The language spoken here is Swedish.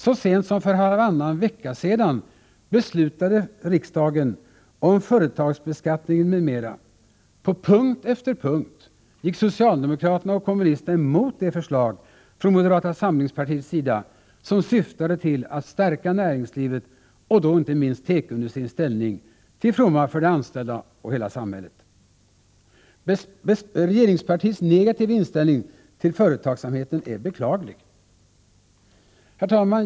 Så sent som för halvannan vecka sedan beslutade riksdagen om företagsbeskattningen m.m. På punkt efter punkt gick socialdemokraterna och kommunisterna emot de förslag från moderata samlingspartiets sida som syftade till att stärka näringslivets och då inte minst tekoindustrins ställning till ftomma för de anställda och hela samhället. Regeringspartiets negativa inställning till företagsamheten är beklaglig. Herr talman!